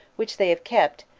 which they have kept,